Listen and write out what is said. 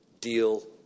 deal